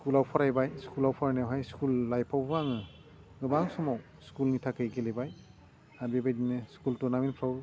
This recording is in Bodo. स्कुलाव फरायबाय स्कुलाव फरायनायावहाय स्कुल लाइफआव आङो गोबां समाव स्कुलनि थाखाय गेलेबाय आरो बेबायदिनो स्कुल टुरनामेन्टफ्राव